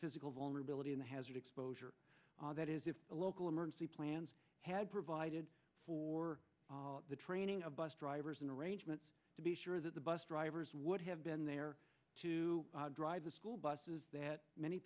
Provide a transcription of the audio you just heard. physical vulnerability in the hazard exposure that is if the local emergency plans had provided for the training of bus drivers in arrangements to be sure that the bus drivers would have been there to drive the school buses that many